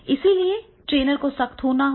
इसलिए ट्रेनर को सख्त होना होगा